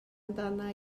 amdana